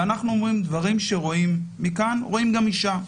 ודברים שרואים מכאן,